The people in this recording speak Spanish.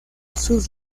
sus